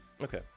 Okay